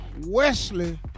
Wesley